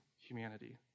humanity